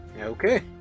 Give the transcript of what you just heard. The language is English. Okay